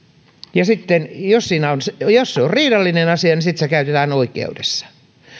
ja sitten jos se on riidallinen asia se käytetään oikeudessa